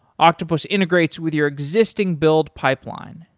octopus integrates with your existing build pipeline,